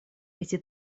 эти